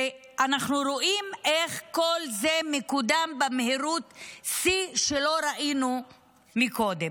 ואנחנו רואים איך כל זה מקודם במהירות שיא שלא ראינו קודם.